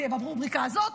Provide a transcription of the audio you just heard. זה יהיה ברובריקה הזאת,